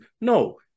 no